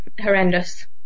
horrendous